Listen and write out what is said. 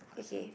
okay